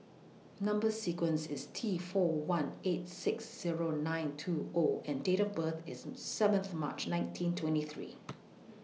Number sequence IS T four one eight six Zero nine two O and Date of birth IS seventh March nineteen twenty three